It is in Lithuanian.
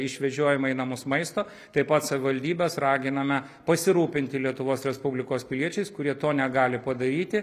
išvežiojama į namus maisto taip pat savivaldybes raginame pasirūpinti lietuvos respublikos piliečiais kurie to negali padaryti